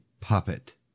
puppet